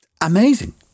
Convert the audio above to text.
Amazing